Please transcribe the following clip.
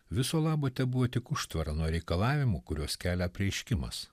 viso labo tebuvo tik užtvara nuo reikalavimų kuriuos kelia apreiškimas